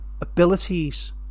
abilities